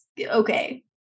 okay